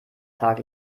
tag